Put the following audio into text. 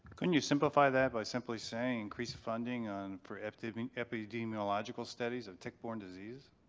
couldn't you simplify that by simply saying, increase funding and for i mean epidemiological studies of tick-borne disease?